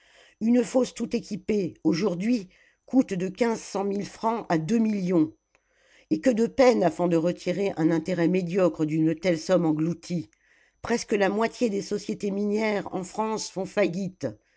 une fosse tout équipée aujourd'hui coûte de quinze cent mille francs à deux millions et que de peine avant de retirer un intérêt médiocre d'une telle somme engloutie presque la moitié des sociétés minières en france font faillite